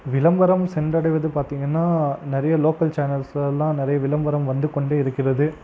விளம்பரம் சென்றடைவது பார்த்திங்கன்னா நிறைய லோக்கல் சேனல்ஸ்லலாம் நிறைய விளம்பரம் வந்து கொண்டே இருக்கிறது